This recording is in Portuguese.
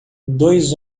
dois